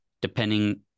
depending